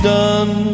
done